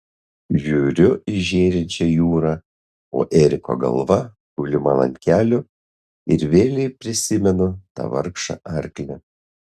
žiūriu į žėrinčią jūrą o eriko galva guli man ant kelių ir vėlei prisimenu tą vargšą arklį